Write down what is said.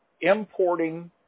importing